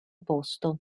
posto